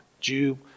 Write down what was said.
Jew